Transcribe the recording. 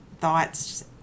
thoughts